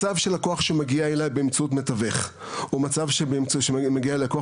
מצב של לקוח שמגיע אליי באמצעות מתווך או מצב שבו מגיע אליי לקוח